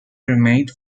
remained